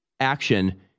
action